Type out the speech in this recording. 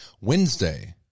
Wednesday